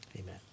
amen